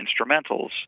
instrumentals